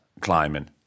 climbing